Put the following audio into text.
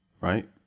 Right